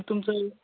तुमचं